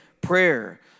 prayer